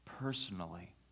personally